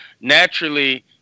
naturally